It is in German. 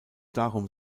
darum